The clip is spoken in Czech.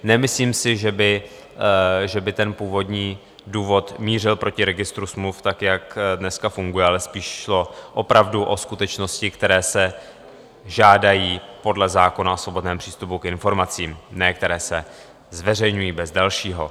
Nemyslím si, že by ten původní důvod mířil proti registru smluv tak, jak dneska funguje, ale spíš šlo opravdu o skutečnosti, které se žádají podle zákona o svobodném přístupu k informacím, ne které se zveřejňují bez dalšího.